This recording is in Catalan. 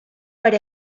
per